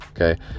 okay